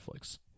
Netflix